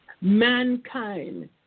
mankind